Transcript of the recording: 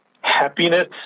happiness